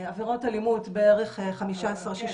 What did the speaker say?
עבירות אלימות בערך 16%-15%.